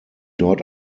dort